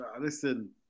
Listen